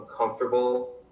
uncomfortable